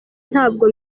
ntabwo